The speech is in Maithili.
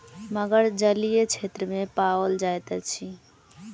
मगर जलीय क्षेत्र में पाओल जाइत अछि